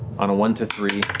on a one to three.